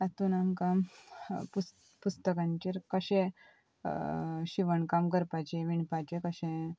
तातून आमकां पुस् पुस्तकांचेर कशें शिवण काम करपाचें विणपाचे कशें